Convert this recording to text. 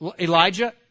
Elijah